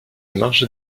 marges